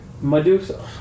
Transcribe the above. medusa